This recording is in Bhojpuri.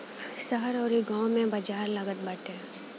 शहर अउरी गांव में बाजार लागत बाटे